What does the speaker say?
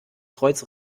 kreuz